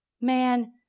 Man